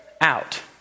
out